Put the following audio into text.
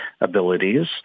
abilities